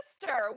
sister